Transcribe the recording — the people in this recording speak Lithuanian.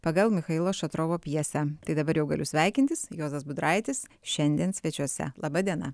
pagal michailo šatrovo pjesę tai dabar jau galiu sveikintis juozas budraitis šiandien svečiuose laba diena